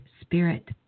spirit